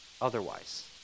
otherwise